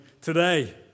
today